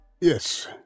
Yes